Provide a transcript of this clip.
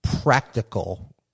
practical